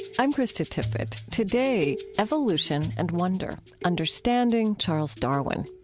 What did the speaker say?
i'm krista tippett. today, evolution and wonder understanding charles darwin.